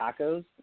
tacos